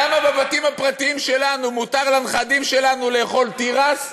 למה בבתים הפרטיים שלנו מותר לנכדים שלנו לאכול תירס,